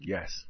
Yes